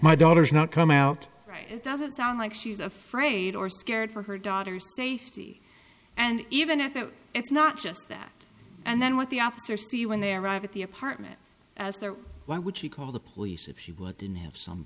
my daughter's not come out right it doesn't sound like she's afraid or scared for her daughter's safety and even if it's not just that and then what the officer see when they arrive at the apartment as they're why would she call the police if she didn't have some